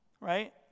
Right